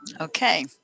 okay